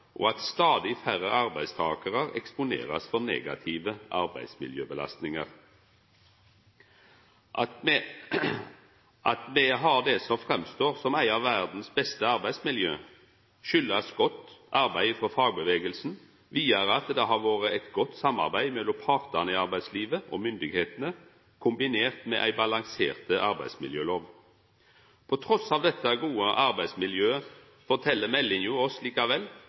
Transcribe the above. og at stadig færre arbeidstakarar blir eksponerte for negative arbeidsmiljøbelastingar. At me har det som er eit av verdas beste arbeidsmiljø, kjem av godt arbeid frå fagbevegelsen, vidare at det har vore eit godt samarbeid mellom partane i arbeidslivet og myndigheitene kombinert med ei balansert arbeidsmiljølov. Trass i dette gode arbeidsmiljøet fortel meldinga oss